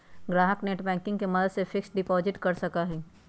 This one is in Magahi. ग्राहक नेटबैंकिंग के मदद से फिक्स्ड डिपाजिट कर सका हई